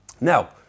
Now